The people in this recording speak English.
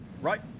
Right